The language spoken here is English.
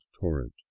torrent